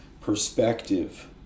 perspective